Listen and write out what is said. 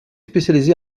spécialisée